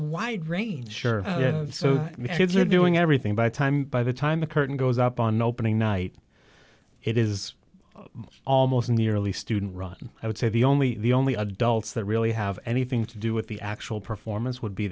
wide range sure so if you're doing everything by time by the time the curtain goes up on opening night it is almost nearly student run i would say the only the only adults that really have anything to do with the actual performance would be